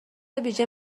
ویژه